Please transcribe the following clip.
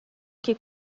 que